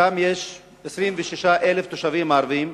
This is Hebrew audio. שם יש 26,000 תושבים ערבים,